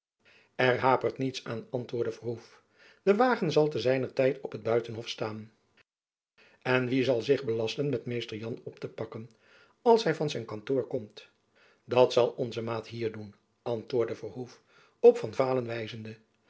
er hapert niets aan antwoordde verhoef de wagen zal te zijner tijd op het buitenhof staan en wie zal zich belasten met mr jan op te pakken als hy van zijn kantoor komt dat zal onze maat hier doen antwoordde verhoef op van vaalen wijzende